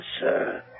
sir